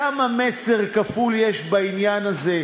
כמה מסר כפול יש בעניין הזה,